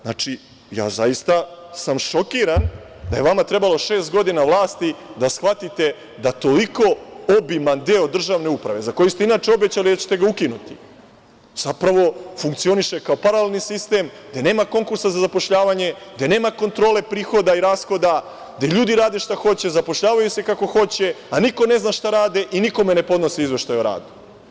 Znači, ja sam zaista šokiran, da je vama trebalo šest godina vlasti da shvatite da toliko obiman deo državne uprave, za koju ste inače obećali da ćete ga ukinuti, zapravo funkcioniše kao paralelni sistem, gde nema konkursa za zapošljavanje, gde nema kontrole prihoda i rashoda, gde ljudi rade šta hoće, zapošljavaju se kako hoće, a niko ne zna šta rade i nikome ne podnose izveštaj o radu.